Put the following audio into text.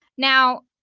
now,